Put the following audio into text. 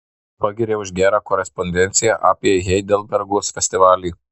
pagiria už gerą korespondenciją apie heidelbergo festivalį